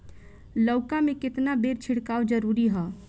लउका में केतना बेर छिड़काव जरूरी ह?